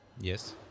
Yes